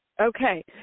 Okay